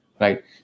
right